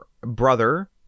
brother